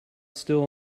still